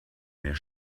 mehr